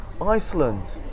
Iceland